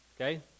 okay